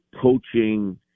coaching